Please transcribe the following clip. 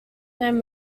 men